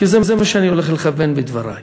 כי לזה אני הולך לכוון בדברי,